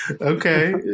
Okay